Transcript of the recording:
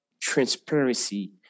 transparency